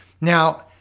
Now